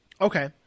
okay